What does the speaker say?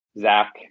Zach